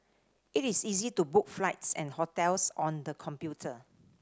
it is easy to book flights and hotels on the computer